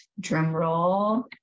drumroll